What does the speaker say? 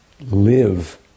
live